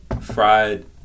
fried